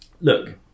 look